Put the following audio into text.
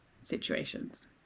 situations